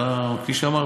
כפי שאמרתי,